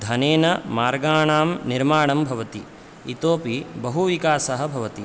धनेन मार्गाणां निर्माणं भवति इतोपि बहु विकासः भवति